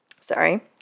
Sorry